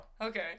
Okay